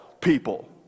people